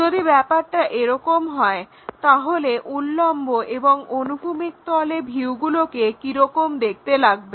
যদি ব্যাপারটা এরকম হয় তাহলে উল্লম্ব এবং অনুভূমিক তলে ভিউগুলোকে কিরকম দেখতে লাগবে